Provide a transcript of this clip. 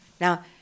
Now